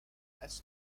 has